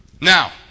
Now